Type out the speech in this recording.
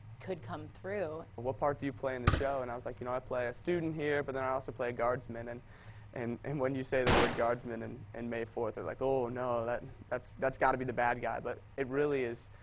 could come through. what part do you play in the show? and i was like you know i play a student here but then i also play a guardsmen. and and and when you say the word guardsmen in and may fourth, they're like no, that's that's gotta be the bad guy. but it really is,